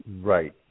Right